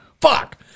fuck